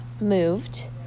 moved